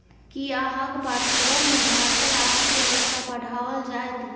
कि अहाँक पाठ्यक्रममे भारतक आर्थिक व्यवस्था पढ़ाओल जाएत?